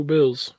Bills